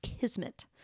kismet